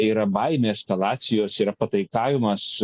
yra baimė eskalacijos yra pataikavimas